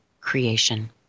creation